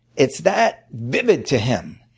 it's that vivid to him.